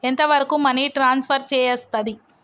ఎంత వరకు money transfer చేయస్తది?